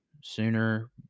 sooner